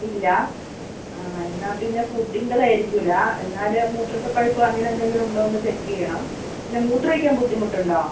ഇല്ലേ ആ എന്നാൽ പിന്നെ ഫുഡ്ഡിന്റേതായിരിക്കില്ല എന്നാൽ മൂത്രത്തിൽ പഴുപ്പോ അങ്ങനെ എന്തെങ്കിലും ഉണ്ടോ എന്ന് ചെക്ക് ചെയ്യണം പിന്നെ മൂത്രം ഒഴിക്കാൻ ബുദ്ധിമുട്ടുണ്ടോ